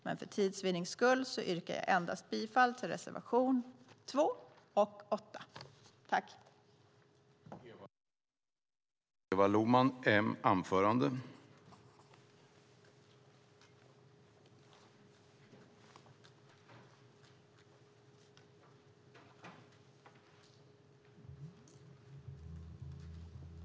Men för tids vinnande yrkar jag bifall endast till reservationerna 2 och 8.